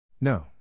No